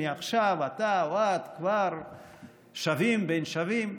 מעכשיו אתה או את כבר שווים בין שווים,